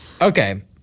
Okay